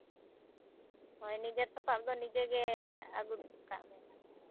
ᱦᱳᱭ ᱱᱤᱡᱮᱨ ᱥᱟᱯᱟᱯ ᱫᱚ ᱱᱤᱡᱮᱜᱮ ᱟᱹᱜᱩ ᱠᱟᱜ ᱢᱮ